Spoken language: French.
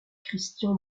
christian